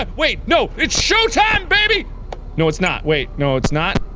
like wait no it's show time baby no it's not wait no it's not